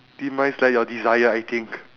demise like your desire I think